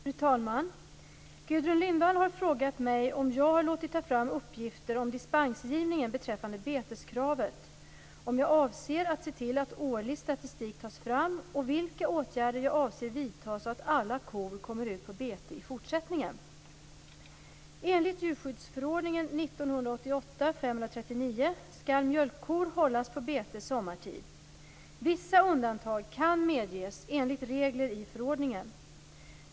Fru talman! Gudrun Lindvall har frågat mig om jag har låtit ta fram uppgifter om dispensgivningen beträffande beteskravet, om jag avser att se till att årlig statistik tas fram och vilka åtgärder jag avser vidta så att alla kor kommer ut på bete i fortsättningen. Enligt djurskyddsförordningen skall mjölkkor hållas på bete sommartid. Vissa undantag kan medges enligt regler i förordningen.